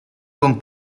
con